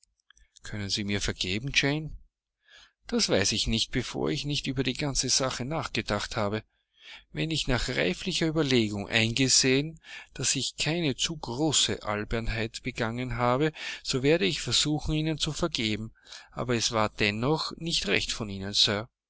können sie mir vergeben jane das weiß ich nicht bevor ich nicht über die ganze sache nachgedacht habe wenn ich nach reiflicher überlegung eingesehen daß ich keine zu große albernheit begangen habe so werde ich versuchen ihnen zu vergeben aber es war dennoch nicht recht von ihnen